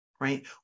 Right